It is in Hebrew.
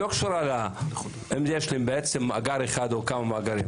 זה לא קשור אם יש מאגר אחד או כמה מאגרים,